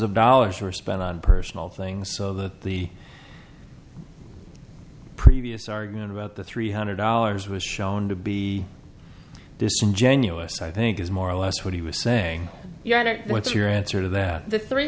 of dollars were spent on personal things so that the previous argument about the three hundred dollars was shown to be disingenuous i think is more or less what he was saying your honor what's your answer to that th